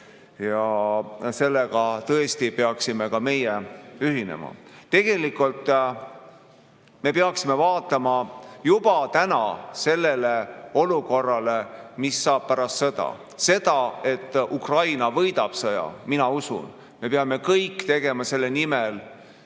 ja sellega peaksime tõesti ka meie ühinema. Tegelikult me peaksime vaatama juba täna sellele olukorrale, mis saab pärast sõda. Seda, et Ukraina võidab sõja, mina usun. Me peame selle nimel kõik